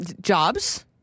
Jobs